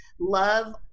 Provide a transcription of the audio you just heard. love